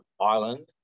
Island